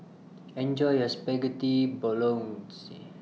Enjoy your Spaghetti Bolognese